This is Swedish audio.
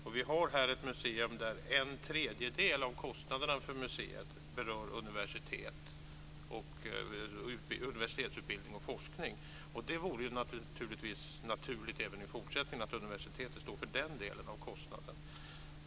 Här handlar det om ett museum där en tredjedel av kostnaderna för museet berör universitetsutbildning och forskning. Det vore naturligt att museet även i fortsättningen står för den delen av kostnaden.